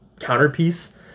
counterpiece